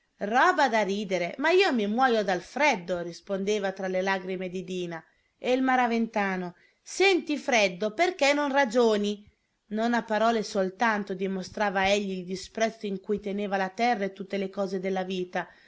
roba da ridere ma io mi muojo dal freddo rispondeva tra le lagrime didina e il maraventano senti freddo perché non ragioni non a parole soltanto dimostrava egli il disprezzo in cui teneva la terra e tutte le cose della vita